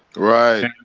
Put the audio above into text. right?